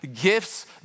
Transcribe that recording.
Gifts